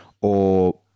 or-